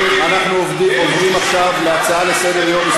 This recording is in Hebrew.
עוברים עכשיו להצביע על הצעת חוק לתיקון פקודת